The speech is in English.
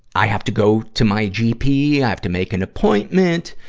i have to go to my gp, i have to make an appointment,